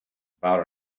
about